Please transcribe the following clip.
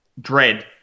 dread